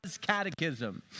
catechism